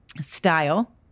Style